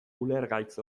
ulergaitz